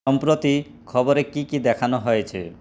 সম্প্রতি খবরে কী কী দেখানো হয়েছে